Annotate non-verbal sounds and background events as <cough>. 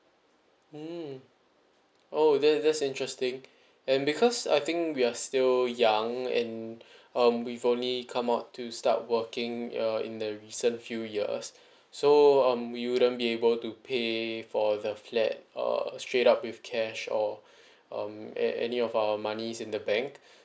mm oh that that's interesting <breath> and because I think we are still young and <breath> um we've only come out to start working uh in the recent few years <breath> so um we wouldn't be able to pay for the flat uh straight up with cash or <breath> um an~ any of our money's in the bank <breath>